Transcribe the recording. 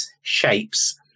shapes